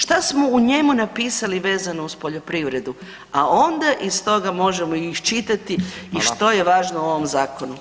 Šta smo u njemu napisali vezano uz poljoprivredu, a onda iz toga možemo iščitati [[Upadica: Fala]] i što je važno u ovom zakonu?